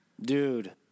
Dude